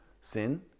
sin